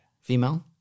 Female